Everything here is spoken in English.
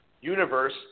universe